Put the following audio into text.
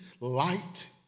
light